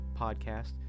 podcast